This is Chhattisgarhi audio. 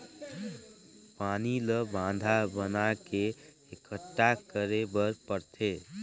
पानी ल बांधा बना के एकटठा करे बर परथे